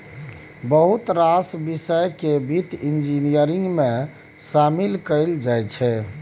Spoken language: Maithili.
बहुत रास बिषय केँ बित्त इंजीनियरिंग मे शामिल कएल जाइ छै